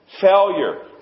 failure